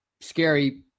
scary